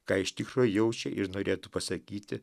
ką iš tikro jaučia ir norėtų pasakyti